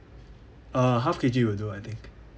uh half K_G will do I think